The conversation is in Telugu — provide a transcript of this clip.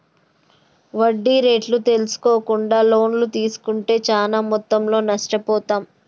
వడ్డీ రేట్లు తెల్సుకోకుండా లోన్లు తీస్కుంటే చానా మొత్తంలో నష్టపోతాం